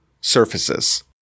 surfaces